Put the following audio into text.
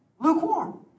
lukewarm